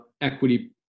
equity